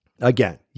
again